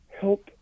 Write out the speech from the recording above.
help